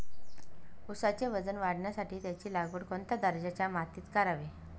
ऊसाचे वजन वाढवण्यासाठी त्याची लागवड कोणत्या दर्जाच्या मातीत करावी?